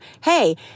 hey